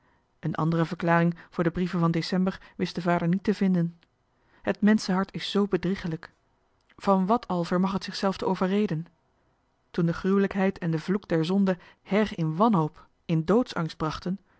een andere verklaring voor de brieven van december wist de vader niet te vinden het menschenhart is zoo bedriegelijk van wat al vermag het zichzelf te overreden toen de gruwelijkheid en de vloek der zonde her in wanhoop in doodsangst brachten